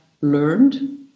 learned